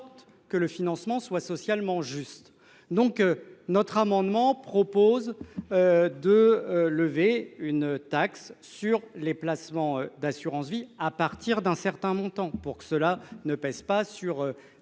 que le financement soit socialement juste. Donc notre amendement propose. De lever une taxe sur les placements d'assurance-vie à partir d'un certain montant pour que cela ne pèse pas sur la